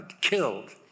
killed